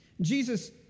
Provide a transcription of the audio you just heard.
Jesus